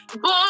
Boy